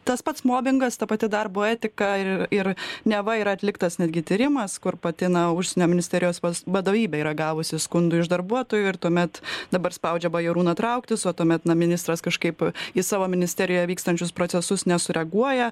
tas pats mobingas ta pati darbo etika ir ir neva yra atliktas netgi tyrimas kur pati na užsienio ministerijos vadovybė yra gavusi skundų iš darbuotojų ir tuomet dabar spaudžia bajarūną trauktis o tuomet na ministras kažkaip į savo ministerijoje vykstančius procesus nesureaguoja